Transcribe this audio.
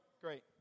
great